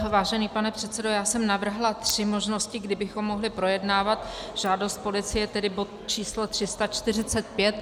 Vážený pane předsedo, já jsem navrhla tři možnosti, kdy bychom mohli projednávat žádost policie, tedy bod číslo 345.